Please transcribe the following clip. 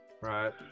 right